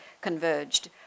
converged